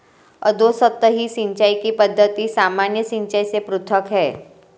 अधोसतही सिंचाई की पद्धति सामान्य सिंचाई से पृथक है